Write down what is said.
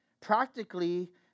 Practically